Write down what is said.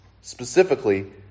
Specifically